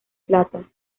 plata